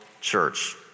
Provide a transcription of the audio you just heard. church